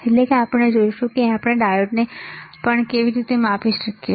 એટલે કે આપણે જોઈશું કે આપણે ડાયોડને પણ કેવી રીતે માપી શકીએ